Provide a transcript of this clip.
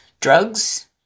Drugs